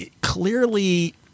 clearly